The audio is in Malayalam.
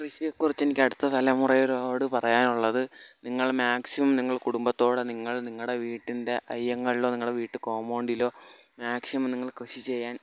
കൃഷിയെക്കുറിച്ച് എനിക്കടുത്ത തലമുറയോട് പറയാനുള്ളത് നിങ്ങൾ മാക്സിമം നിങ്ങൾ കുടുംബത്തോടെ നിങ്ങൾ നിങ്ങളുടെ വീടിൻ്റെ അയ്യങ്ങളിലോ നിങ്ങളുടെ വീട്ട് കോമ്പൗണ്ടിലോ മാക്സിമം നിങ്ങൾ കൃഷി ചെയ്യാൻ